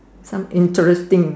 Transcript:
some interesting